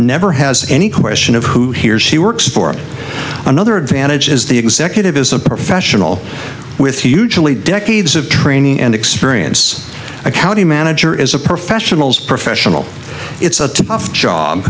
never has any question of who he or she works for another advantage is the executive is a professional with usually decades of training and experience a county manager is a professional's professional it's a tough job